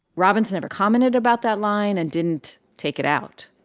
robinson ever commented about that line and didn't take it out,